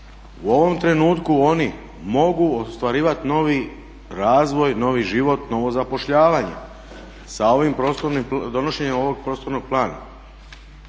U ovom trenutku oni mogu ostvarivat novi razvoj, novi život, novo zapošljavanje sa donošenjem ovog prostornog plana.